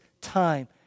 time